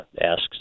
asks